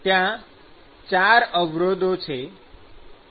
ત્યાં ૪ અવરોધો છે